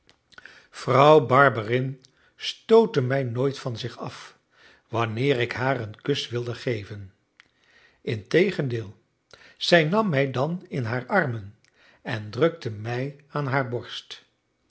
vrouw barberin stootte mij nooit van zich af wanneer ik haar een kus wilde geven integendeel zij nam mij dan in haar armen en drukte mij aan haar borst